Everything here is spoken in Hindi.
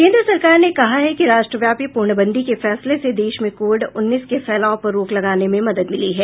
केंद्र सरकार ने कहा है कि राष्ट्रव्यापी पूर्णबंदी के फैसले से देश में कोविड उन्नीस के फैलाव पर रोक लगाने में मदद मिली है